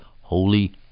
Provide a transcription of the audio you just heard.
holy